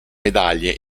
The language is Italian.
medaglie